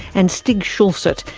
and stig schjolset,